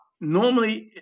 Normally